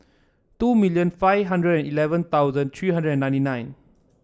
two million five hundred and eleven thousand three hundred and ninety nine